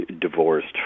divorced